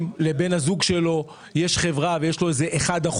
אם לבן הזוג שלו יש חברה ויש לו שם 1%,